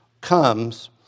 comes